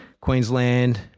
Queensland